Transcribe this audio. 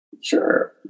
Sure